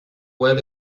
well